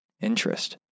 interest